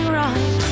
right